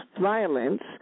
violence